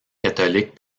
catholiques